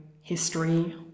history